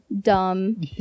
dumb